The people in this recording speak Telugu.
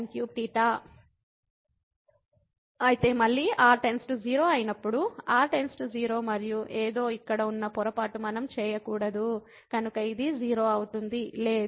కాబట్టి మళ్ళీ r → 0 అయినప్పుడు r → 0 మరియు ఏదో ఇక్కడ ఉన్న పొరపాటు మనం చేయకూడదు కనుక ఇది 0 అవుతుంది లేదు